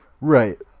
Right